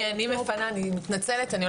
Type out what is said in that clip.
קודם כול, מפקד המחוז מתנצל שהוא לא מגיע.